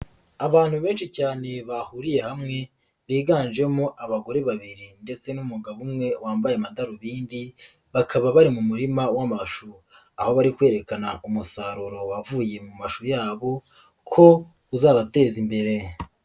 Abantu benshi cyane bahuriye hamwe biganjemo abagore babiri ndetse n'umugabo umwe wambaye amadarubindiC, bakaba bari mu murima w'amashu, aho bari kwerekana umusaruro wavuye mu mashu yabo ko uzabateza imbere.